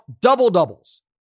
double-doubles